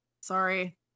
sorry